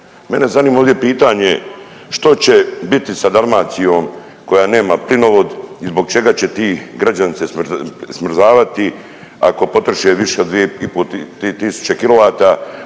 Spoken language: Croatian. Mene zanima ovdje pitanje što će biti sa Dalmacijom koja nema plinovod i zbog čega će ti građani se smrzavati ako potroše više od 2.500